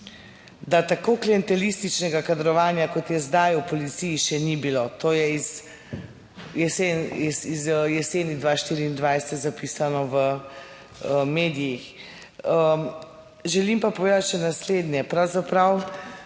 da tako klientelističnega kadrovanja kot je zdaj v Policiji še ni bilo, to je iz jeseni, jeseni 224 zapisano v medijih. Želim pa povedati še naslednje. Pravzaprav